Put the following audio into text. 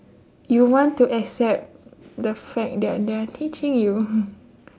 you want to accept the fact that they are teaching you